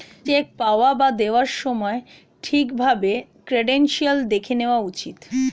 check পাওয়া বা দেওয়ার সময় ঠিক ভাবে ক্রেডেনশিয়াল্স দেখে নেওয়া উচিত